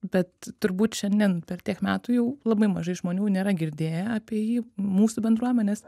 bet turbūt šiandien per tiek metų jau labai mažai žmonių nėra girdėję apie jį mūsų bendruomenės